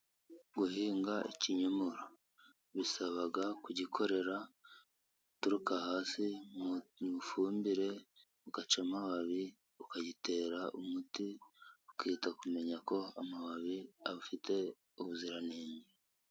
Guhinga ikinyomoro bisaba kugikorera, uturuka hasi mu ifumbire, ugaca amababi, ukagitera umuti, ukita kumenya ko amababi afite ubuziranenge.